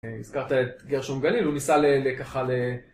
הזכרת את גרשום גליל, הוא ניסה לככה ל...